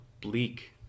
bleak